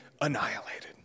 annihilated